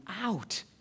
out